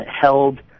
held